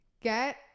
get